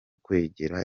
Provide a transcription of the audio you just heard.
kwegera